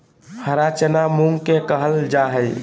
हरा चना मूंग के कहल जा हई